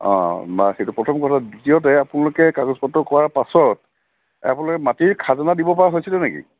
অঁ বাৰু সেইটো প্ৰথম কথা দ্বিতীয়তে আপোনালোকে কাগজপত্ৰ কৰাৰ পাছত আপোনালোকে মাটিৰ খাজানা দিবপৰা হৈছিলে নেকি